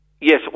Yes